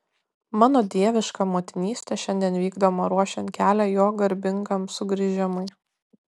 mano dieviška motinystė šiandien vykdoma ruošiant kelią jo garbingam sugrįžimui